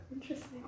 Interesting